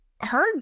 heard